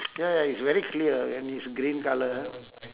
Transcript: ya it's very clear and is green colour